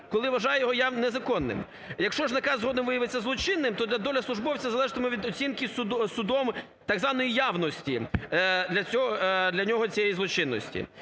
коли вважає його явно незаконним. Якщо ж наказ згодом виявиться злочинним, то доля службовця залежатиме від оцінки судом так званої явності для нього цієї злочинності.